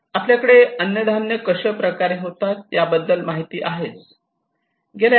आपल्याकडे अन्नधान्य कशाप्रकारे होतात याबद्दल माहिती आहेच